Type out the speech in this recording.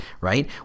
right